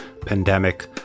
pandemic